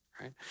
right